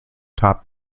top